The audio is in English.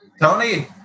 Tony